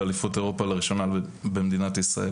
אחד על השני בשביל לשחות.